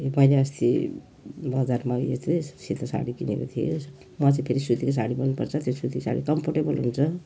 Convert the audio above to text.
मैले अस्ति बजारमै यो चाहिँ सेतो साडी किनेको थिएँ म चाहिँ फेरि सुतीको साडी मनपर्छ त्यो सुतीको साडी कम्फोर्टेबल हुन्छ